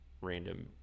random